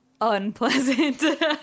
unpleasant